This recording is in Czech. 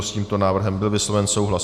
S tímto návrhem byl vysloven souhlas.